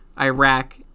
Iraq